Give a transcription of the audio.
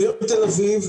בעיר תל אביב,